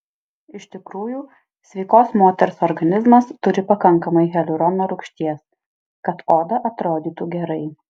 iš tikrųjų sveikos moters organizmas turi pakankamai hialurono rūgšties kad oda atrodytų gerai